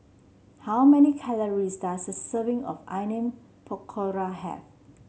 how many calories does a serving of Onion Pakora have